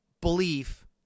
belief